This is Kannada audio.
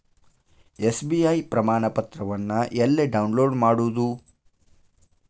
ಎಸ್.ಬಿ.ಐ ಪ್ರಮಾಣಪತ್ರವನ್ನ ಎಲ್ಲೆ ಡೌನ್ಲೋಡ್ ಮಾಡೊದು?